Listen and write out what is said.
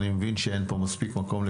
אני מבין שאין פה מספיק מקום לכולם,